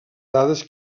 dades